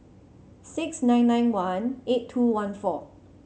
six nine nine one eight two one four